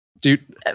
Dude